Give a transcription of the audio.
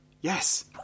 Yes